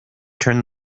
turned